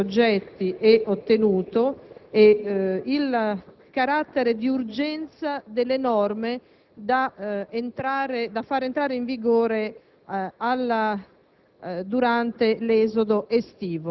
che hanno richiesto, tutti, ed ottenuto il carattere di urgenza delle norme da far entrare in vigore